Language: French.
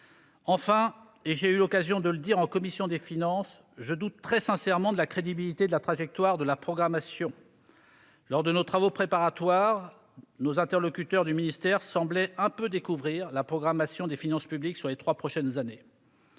Enfin, et j'ai eu l'occasion de le dire en commission des finances, je doute très sincèrement de la crédibilité de la trajectoire de la programmation. Lors de nos travaux préparatoires, nos interlocuteurs au ministère semblaient découvrir la programmation des finances publiques sur les trois prochaines années.